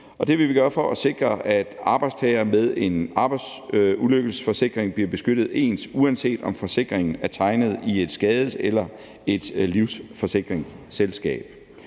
det vil vi gøre for at sikre, at arbejdstagere med en arbejdsulykkesforsikring bliver beskyttet ens, uanset om forsikringen er tegnet i et skades- eller i et livsforsikringsselskab.